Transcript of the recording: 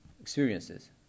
experiences